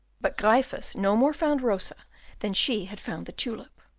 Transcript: but gryphus no more found rosa than she had found the tulip.